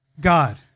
God